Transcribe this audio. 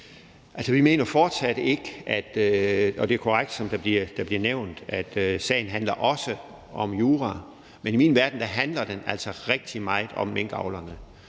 bliver nævnt, at sagen også handler om jura, men i min verden handler den altså rigtig meget om minkavlerne.